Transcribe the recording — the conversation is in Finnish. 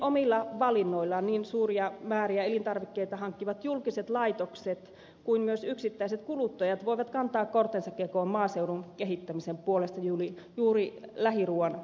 omilla valinnoillaan niin suuria määriä elintarvikkeita hankkivat julkiset laitokset kuin myös yksittäiset kuluttajat voivat kantaa kortensa kekoon maaseudun kehittämisen puolesta juuri lähiruuan valinnalla